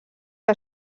que